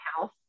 house